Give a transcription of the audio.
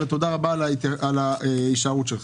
ותודה רבה על ההישארות שלך.